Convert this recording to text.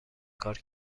کار